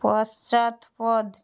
পশ্চাৎপদ